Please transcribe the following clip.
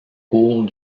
cours